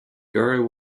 girl